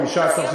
15%,